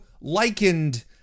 likened